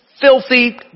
filthy